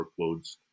workloads